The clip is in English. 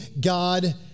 God